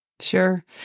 sure